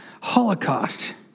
Holocaust